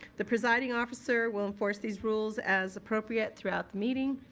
the presiding officer will enforce these rules as appropriate throughout the meeting.